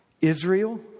Israel